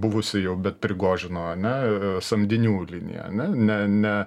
buvusi jau bet prigožino ane samdinių linija ane ne ne